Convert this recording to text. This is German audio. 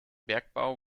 bergbau